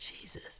Jesus